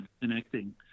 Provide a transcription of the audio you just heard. connecting